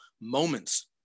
moments